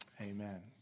Amen